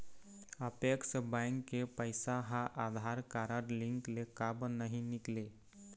Apex bank के पैसा हा आधार कारड लिंक ले काबर नहीं निकले?